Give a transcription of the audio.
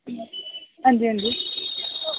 हां जी हां जी